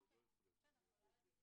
לא יכול להיות שזה יעבור בלי